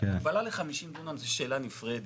הגבלה ל-50 דונם זו שאלה נפרדת.